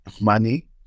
money